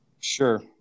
Sure